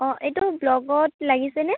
অঁ এইটো ব্লগত লাগিছে নে